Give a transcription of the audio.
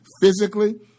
physically